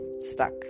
stuck